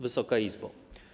Wysoka Izbo!